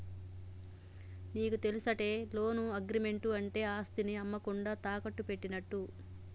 నీకు తెలుసటే, loan agreement అంటే ఆస్తిని అమ్మకుండా తాకట్టు పెట్టినట్టు